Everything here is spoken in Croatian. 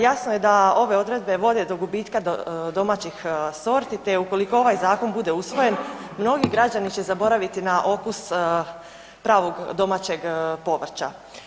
Jasno je da ove odredbe vode do gubitka domaćih sorti te je ukoliko ovaj zakon bude usvojen, mnogi građani će zaboraviti na okus pravog domaćeg povrća.